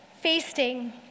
Feasting